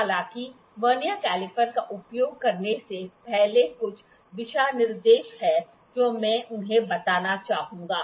हालांकि vernier calliper का उपयोग करने से पहले कुछ दिशानिर्देश हैं जो मैं उन्हें बताना चाहूंगा